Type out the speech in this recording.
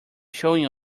showing